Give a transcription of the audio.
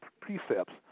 precepts